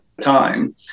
time